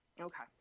Okay